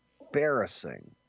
embarrassing